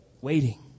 Waiting